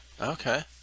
Okay